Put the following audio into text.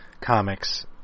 comics